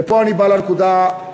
ופה אני בא לנקודה הנוספת: